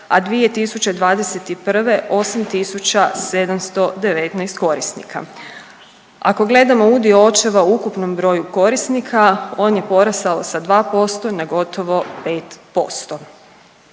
a 2021. 8.719 korisnika. Ako gledamo udio očeva u ukupnom broju korisnika on je porastao sa 2% na gotovo 5%.